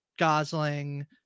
Gosling